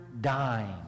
dying